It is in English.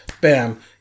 bam